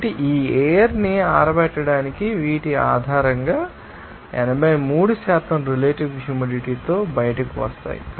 కాబట్టి ఈ ఎయిర్ ని ఆరబెట్టడానికి వీటి ఆధారంగా 83 రిలేటివ్ హ్యూమిడిటీ తో బయటకు వస్తాయి